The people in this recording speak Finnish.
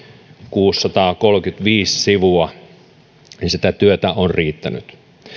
kuusisataakolmekymmentäviisi sivua ja sitä työtä on riittänyt